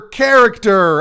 character